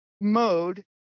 mode